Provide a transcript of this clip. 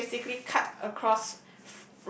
which basically cut across